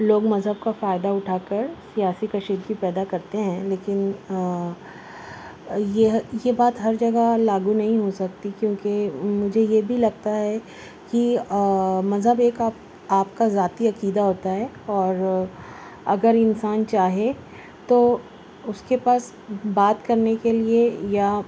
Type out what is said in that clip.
لوگ مذہب کا فائدہ اٹھا کر سیاسی کشیدگی پیدا کرتے ہیں لیکن یہ یہ بات ہر جگہ لاگو نہیں ہو سکتی کیونکہ مجھے یہ بھی لگتا ہے کہ مذہب ایک آپ آپ کا ذاتی عقیدہ ہوتا ہے اور اگر انسان چاہے تو اس کے پاس بات کرنے کے لیے یا